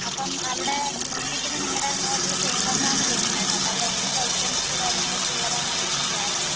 അപ്പം അവിടെ സീ ഫുഡിന് നിങ്ങടെ ഹോട്ടല് ഫേമസാന്ന് കേട്ട് ഇണ്ടായിരുന്നു അപ്പം അവിടെ എന്തൊക്കെ ഐറ്റംസ് കാര്യങ്ങളൊക്കെ ഉള്ളതാന്ന് അറിയാൻ വേണ്ടി ആയിരുന്നു